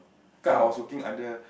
cause I was working under